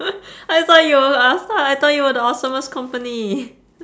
I thought you were a~ I thought you were the awesomest company